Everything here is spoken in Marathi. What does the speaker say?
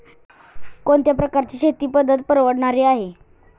कोणत्या प्रकारची शेती पद्धत परवडणारी आहे?